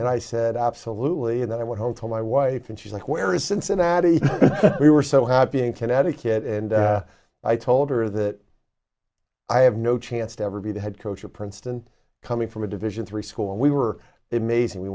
and i said absolutely and then i went home to my wife and she's like where is cincinnati we were so happy in connecticut and i told her that i have no chance to ever be the head coach of princeton coming from a division three school and we were